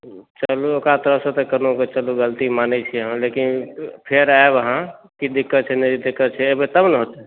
चलू ओकरा तरफसँ तऽ कोनो चलू गलती मानै छी हम लेकिन फेर आयब अहाँ की दिक्कत छै नहि दिक्कत छै एबै तखन ने